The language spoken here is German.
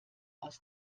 aus